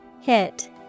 Hit